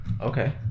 Okay